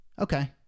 Okay